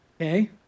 Okay